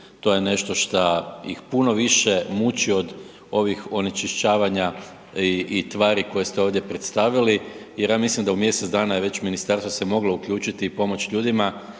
To je nešto šta ih puno više muči od ovih onečišćavanja i tvari koje ste ovdje predstavili jer ja mislim da u mjesec dana je već ministarstvo se moglo uključiti i pomoć ljudima